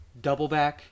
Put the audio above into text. doubleback